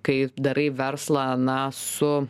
kai darai verslą na su